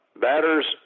Batters